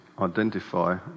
identify